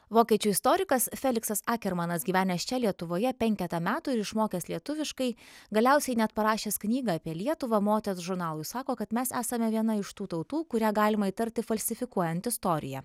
vokiečių istorikas feliksas akermanas gyvenęs čia lietuvoje penketą metų ir išmokęs lietuviškai galiausiai net parašęs knygą apie lietuvą moters žurnalui sako kad mes esame viena iš tų tautų kurią galima įtarti falsifikuojant istoriją